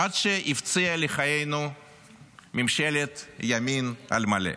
עד שהפציעה לחיינו ממשלת ימין על מלא.